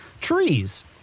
Trees